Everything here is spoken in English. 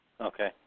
Okay